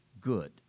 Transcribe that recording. good